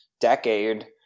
decade